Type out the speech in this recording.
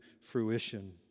fruition